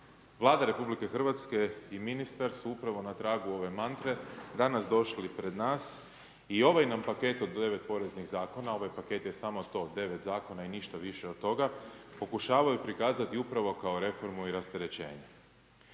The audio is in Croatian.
Vlada RH i ministar su upravo na tragu ove mantre danas došli pred nas i ovaj nam paket od 9 poreznih zakona, ovaj paket je samo to, 9 zakona i ništa više od toga, pokušavaju prikazati upravo kao reformu i rasterećenje.